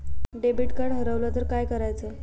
Debit card हरवल तर काय करायच?